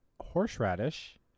horseradish